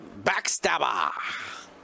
Backstabber